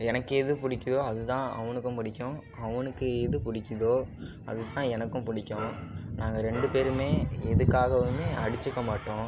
எனக்கு எது பிடிக்குதோ அது தான் அவனுக்கும் பிடிக்கும் அவனுக்கு எது பிடிக்குதோ அதுதான் எனக்கும் பிடிக்கும் நாங்கள் ரெண்டு பேருமே எதுக்காகவுமே அடிச்சிக்க மாட்டோம்